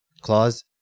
clause